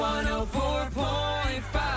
104.5